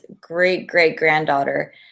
great-great-granddaughter